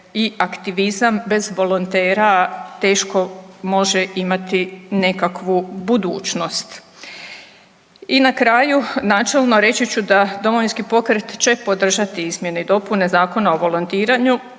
i aktivizam bez volontera teško može imati nekakvu budućnost. I na kraju načelno reći ću da Domovinski pokret će podržati izmjene i dopune Zakona o volontiranju.